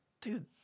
Dude